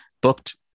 booked